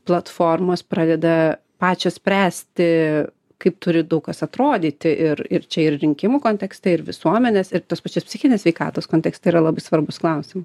platformos pradeda pačios spręsti kaip turi daug kas atrodyti ir ir čia ir rinkimų kontekste ir visuomenės ir tos pačios psichinės sveikatos kontekste yra labai svarbūs klausimai